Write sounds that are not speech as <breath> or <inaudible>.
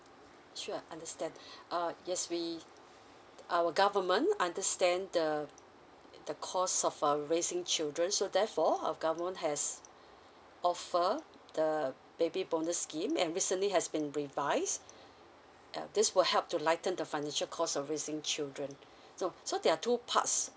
sure understand <breath> uh yes we our government understand the the cost of uh raising children so therefore our government has offer the baby bonus scheme and recently has been revised uh this will help to lighten the financial cost of raising children now so there are two parts